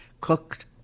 cooked